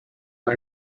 and